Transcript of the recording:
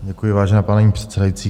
Děkuji, vážená paní předsedající.